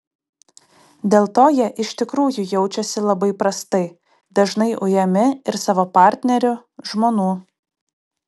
dėl to jie iš tikrųjų jaučiasi labai prastai dažnai ujami ir savo partnerių žmonų